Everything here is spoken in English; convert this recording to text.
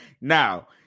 Now